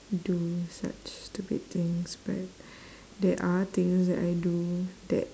do such stupid things but there are things that I do that